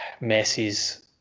Messi's